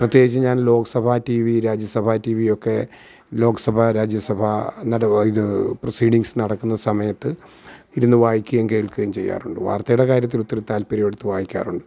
പ്രത്യേകിച്ച് ഞാൻ Lok Sabha T V Rajya Sabha T V ഒക്കെ ലോക് സഭാ രാജ്യ സഭാ ഇത് പ്രൊസീഡിങ്സ് നടക്കുന്ന സമയത്ത് ഇരുന്ന് വായിക്കുകയും കേൾക്കുകയും ചെയ്യാറുണ്ട് വാർത്തയുടെ കാര്യത്തിൽ ഒത്തിരി താല്പര്യമെടുത്ത് വായിക്കാറുണ്ട്